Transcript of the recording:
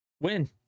win